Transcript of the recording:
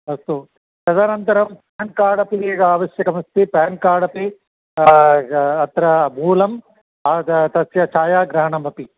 अस्तु तदनन्तरं PAN card अपि एकम् आवश्यकमस्ति कार्ड् अपि अत्र मूलं तस्य छायाग्रहणमपि